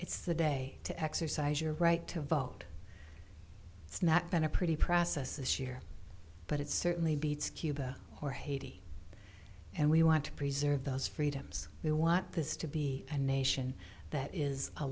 it's the day to exercise your right to vote it's not been a pretty process this year but it certainly beats cuba or haiti and we want to preserve those freedoms we want this to be a nation that is a